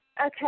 Okay